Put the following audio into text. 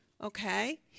Okay